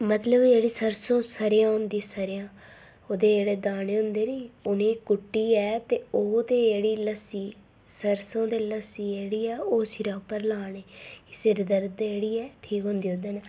मतलब जेह्ड़ी सरसों सरेआं होंदी सरेआं ओह्दे जेह्ड़े दाने होंदे नी उनेंगी कुट्टियै ओह् ते जेह्ड़ी लस्सी सरसों ते लस्सी जेह्ड़ी ऐ ओह् सिरै उप्पर लानी सिर दर्द जेह्ड़ी ऐ ठीक होंदी ओह्दे कन्नै